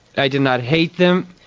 i did not hate them,